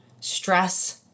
stress